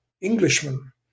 Englishman